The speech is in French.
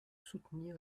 soutenir